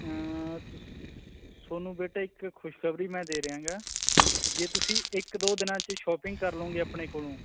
ਤੁਹਾਨੂੰ ਬੇਟਾ ਇੱਕ ਖੁਸ਼ਖਬਰੀ ਮੈਂ ਦੇ ਰਿਹਾ ਹੈਗਾ ਜੇ ਤੁਸੀਂ ਇੱਕ ਦੋ ਦਿਨਾਂ 'ਚ ਸ਼ੋਪਿੰਗ ਕਰ ਲਉਂਗੇ ਆਪਣੇ ਕੋਲੋਂ